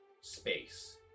space